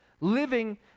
living